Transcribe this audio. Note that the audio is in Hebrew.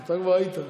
אתה כבר היית.